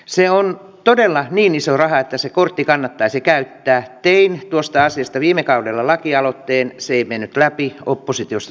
se on todella niin iso rähäkkäsi kurdikannattaisi käyttää tein tuosta asiasta viime kaudella lakialoitteen se ei mennyt läpi oppositiosta